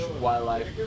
wildlife